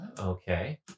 Okay